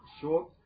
short